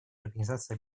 организации